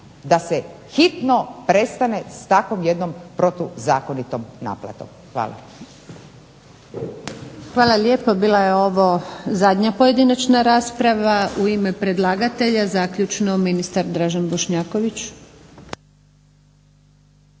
da se hitno prestane s takvom jednom protuzakonitom naplatom. Hvala. **Antunović, Željka (SDP)** Hvala lijepa. Bila je ovo zadnja pojedinačna rasprava. U ime predlagatelja, zaključno ministar Dražen Bošnjaković.